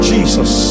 Jesus